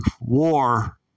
war